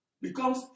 becomes